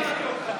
תודה רבה.